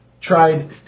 tried